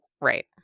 right